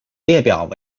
列表